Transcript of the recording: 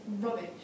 rubbish